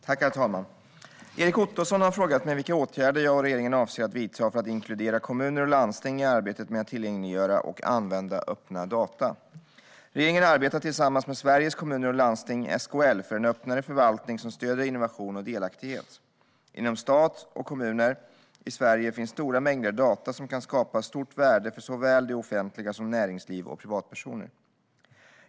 Herr talman! Erik Ottoson har frågat mig vilka åtgärder jag och regeringen avser att vidta för att inkludera kommuner och landsting i arbetet med att tillgängliggöra och använda öppna data. Regeringen arbetar tillsammans med Sveriges Kommuner och Landsting, SKL, för en öppnare förvaltning som stöder innovation och delaktighet. Inom stat och kommuner i Sverige finns stora mängder data som kan skapa stort värde för såväl det offentliga som näringsliv och privatpersoner.